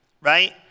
Right